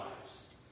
lives